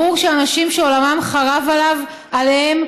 ברור שאנשים שעולמם חרב עליהם,